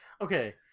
Okay